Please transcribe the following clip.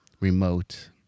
remote